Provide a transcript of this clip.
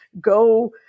go